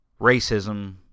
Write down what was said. racism